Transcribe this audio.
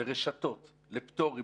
לרשתות, לפטורים.